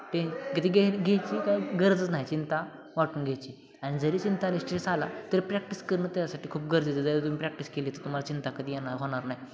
टें कधी घे घ्यायची काय गरजच नाही चिंता वाटून घ्यायची आणि जरी चिंता आणि स्ट्रेस आला तरी प्रॅक्टिस करणं त्यासाठी खूप गरजेचं आहे जर तुम्ही प्रॅक्टिस केली तर तुम्हाला चिंता कधी येणार होणार नाही